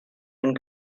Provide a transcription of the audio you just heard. been